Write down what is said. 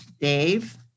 Dave